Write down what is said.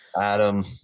Adam